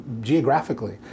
geographically